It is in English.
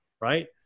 Right